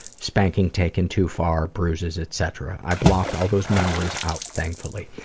spanking taken too far, bruises, etc. i blocked all those memories out, thankfully.